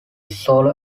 solo